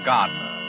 Gardner